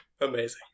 Amazing